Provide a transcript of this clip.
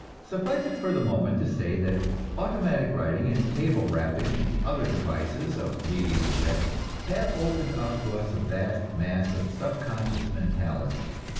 suffice it for the moment to say that automatic writing and table rapping and other devices of mediumship have opened up to us a vast mass of subconscious mentality.